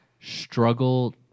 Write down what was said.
struggle